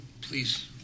please